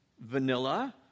vanilla